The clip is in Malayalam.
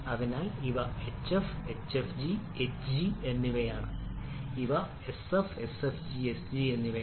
അതിനാൽ ഇവ hf hfg hg എന്നിവയാണ് ഇവ sf sfg sg എന്നിവയാണ്